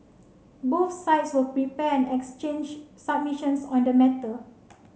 both sides will prepare and exchange submissions on the matter